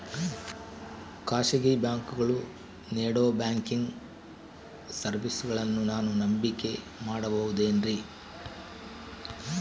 ಖಾಸಗಿ ಬ್ಯಾಂಕುಗಳು ನೇಡೋ ಬ್ಯಾಂಕಿಗ್ ಸರ್ವೇಸಗಳನ್ನು ನಾನು ನಂಬಿಕೆ ಮಾಡಬಹುದೇನ್ರಿ?